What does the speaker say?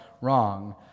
wrong